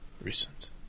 recent